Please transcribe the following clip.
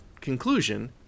conclusion